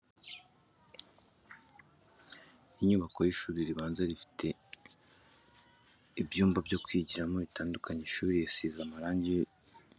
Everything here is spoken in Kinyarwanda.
Inyubako y'ishuri ribanza rifite ibyumba byo kwigiramo bitandukanye, ishuri risize amarangi y'umweru n'umuhondo, ku rukura hashushanyijeho zimwe mu mfashanyigisho abarezi bifashisha batanga amwe mu masomo bigisha. ku rubaraza rw'ishuri hasize sima igaragara ko yangiritse n'amarangi arashaje.